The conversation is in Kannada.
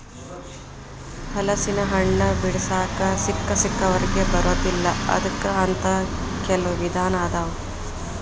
ಹಲಸಿನಹಣ್ಣ ಬಿಡಿಸಾಕ ಸಿಕ್ಕಸಿಕ್ಕವರಿಗೆ ಬರುದಿಲ್ಲಾ ಅದಕ್ಕ ಅಂತ ಕೆಲ್ವ ವಿಧಾನ ಅದಾವ